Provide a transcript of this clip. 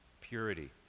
purity